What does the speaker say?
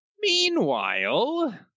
meanwhile